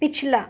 پچھلا